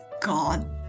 god